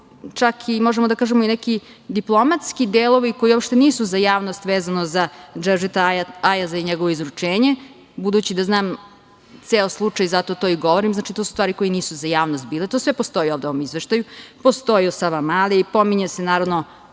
gde se pominju i neki diplomatski delovi koji uopšte nisu za javnost vezano za Dževdeta Ajaza i njegovo izručenje, budući da znam ceo slučaj zato to i govorim, i to su stvari koje nisu za javnost. To sve postoji u ovde u ovom izveštaju. Postoji o Sava Mali, pominje se naravno